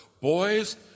Boys